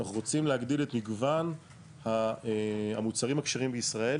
אנחנו רוצים להגדיל את מגוון המוצרים הכשרים בישראל,